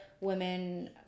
women